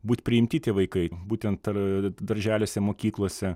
būt priimti tie vaikai būtent ar darželiuose mokyklose